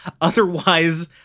otherwise